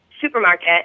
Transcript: supermarket